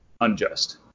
unjust